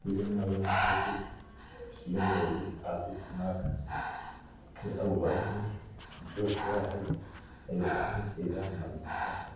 होती C M Yogi Adityanath के अगुवाई में जो हुआ है आयोध्या में श्री राम मंदिर का